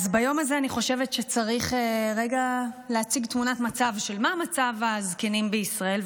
ביום הזה אני חושבת שצריך רגע להציג תמונת מצב של מה מצב הזקנים בישראל,